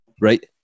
Right